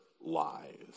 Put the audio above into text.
lies